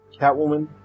Catwoman